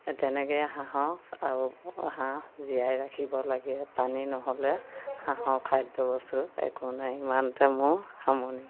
সেই তেনেকৈ হাঁহৰ আৰু হাঁহ জীয়াই ৰাখিব লাগে পানী নহ'লে হাঁহৰ খাদ্যবস্তু একো নাই ইমানতে মোৰ সামৰণি